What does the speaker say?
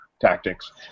tactics